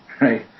Right